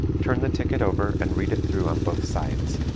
turn the ticket over and read it through on both sides.